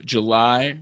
July